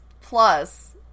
plus